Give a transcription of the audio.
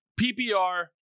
PPR